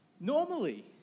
normally